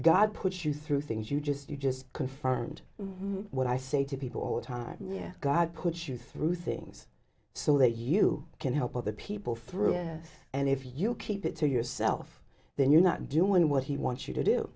god puts you through things you just you just confirmed what i say to people all the time yeah god put you through things so that you can help other people through and if you keep it to yourself then you're not doing what he wants you to do